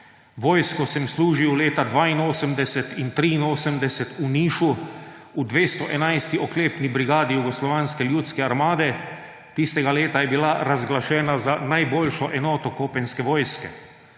vojsko sem služil leta 1982 in 1983 v Nišu v 211. oklepni brigadi Jugoslovanske ljudske armade. Tistega leta je bila razglašena za najboljšo enoto kopenske vojske.